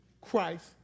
christ